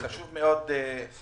חשוב מאוד להאריך,